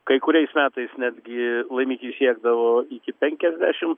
kai kuriais metais netgi laimikiai siekdavo iki penkiasdešimt